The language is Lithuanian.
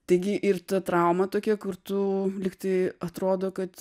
taigi ir ta trauma tokia kur tu lygtai atrodo kad